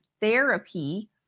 therapy